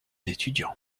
étudiant